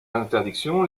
interdiction